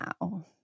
now